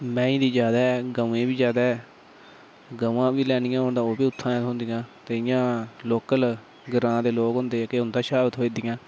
मैही दी ज्यादा ते ग'वें दी बी ज्यादा ऐ गवां बी लैनी होन ते ओह् बी उत्थां दा गै थ्होंदियां ते इ'यां लोकल ग्रांऽ दे लोक होंदे जेह्ड़े हुंदे शा बी थोई जंदियां